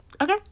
Okay